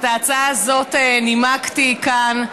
את ההצעה הזאת נימקתי כאן.